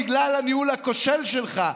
בגלל הניהול הכושל שלך.